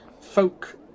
folk